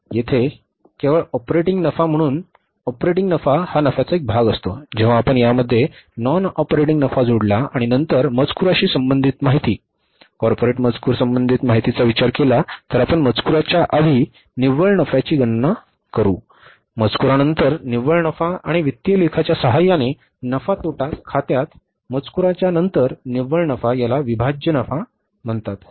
येथे केवळ ऑपरेटिंग नफा म्हणून ऑपरेटिंग नफा हा नफ्याचा एक भाग असतो जेव्हा आपण यामध्ये नॉन ऑपरेटिंग नफा जोडला आणि नंतर मजकूराशी संबंधित माहिती कॉर्पोरेट मजकूर संबंधित माहितीचा विचार केला तर आपण मजकूराच्या आधी निव्वळ नफ्याची गणना करा मजकूरानंतर निव्वळ नफा आणि वित्तीय लेखाच्या सहाय्याने नफा तोटा खात्यात मजकूराच्या नंतर निव्वळ नफा याला विभाज्य नफा म्हणतात